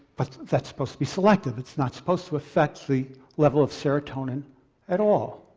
but that's supposed to be selective, it's not supposed to effect the level of serotonin at all.